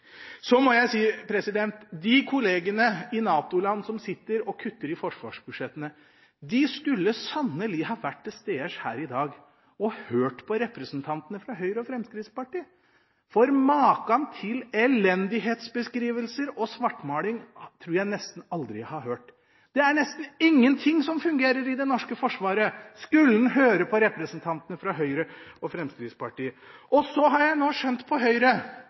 Så må jeg si: De kollegene i NATO-land som sitter og kutter i forsvarsbudsjettene, skulle sannelig ha vært til stede her i dag og hørt på representantene fra Høyre og Fremskrittspartiet, for maken til elendighetsbeskrivelser og svartmaling tror jeg nesten aldri jeg har hørt. Det er nesten ingen ting som fungerer i det norske forsvaret, skulle en høre på representantene fra Høyre og Fremskrittspartiet. Så har jeg nå skjønt på Høyre,